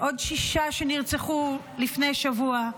עוד שישה שנרצחו לפני שבוע,